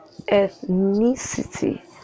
ethnicity